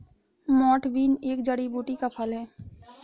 मोठ बीन एक जड़ी बूटी का फल है